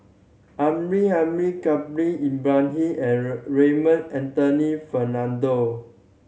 Amrin Amin Khalil Ibrahim and Raymond Anthony Fernando